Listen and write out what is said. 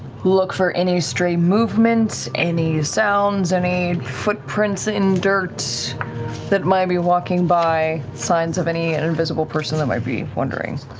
look for any stray movements, any sounds, any footprints in dirt that might be walking by, signs of an and invisible person that might be wandering.